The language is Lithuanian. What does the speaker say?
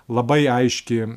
labai aiški